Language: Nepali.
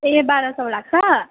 ए बाह्र सौ लाग्छ